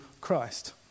Christ